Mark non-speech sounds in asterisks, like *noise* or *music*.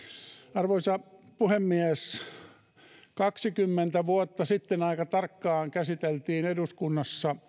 arvoisa puhemies aika tarkkaan kaksikymmentä vuotta sitten käsiteltiin eduskunnassa *unintelligible*